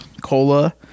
cola